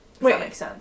Wait